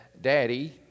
Daddy